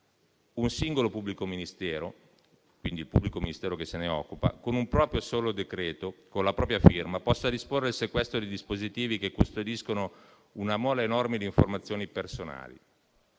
un singolo pubblico ministero, quindi quello che se ne occupa, con un proprio solo decreto e con la propria firma possa disporre il sequestro di dispositivi che custodiscono una mole enorme di informazioni personali